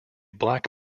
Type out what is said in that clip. black